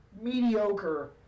mediocre